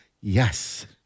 Yes